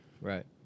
Right